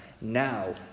now